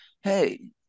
hey